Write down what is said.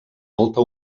molta